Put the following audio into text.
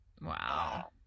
Wow